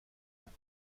ans